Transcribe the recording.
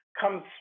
comes